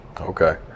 Okay